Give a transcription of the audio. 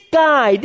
guy